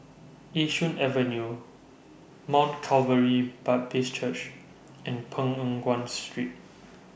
Yishun Avenue Mount Calvary Baptist Church and Peng Nguan Street